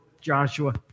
Joshua